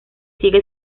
sigue